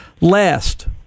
last